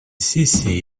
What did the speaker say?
сессии